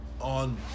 on